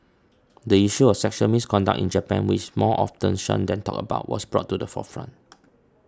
the issue of sexual misconduct in Japan which is more often shunned than talked about was brought to the forefront